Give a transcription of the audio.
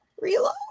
Reload